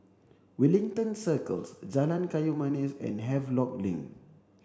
Wellington Circles Jalan Kayu Manis and Havelock Link